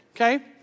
okay